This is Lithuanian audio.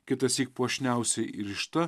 kitąsyk puošniausiai įrišta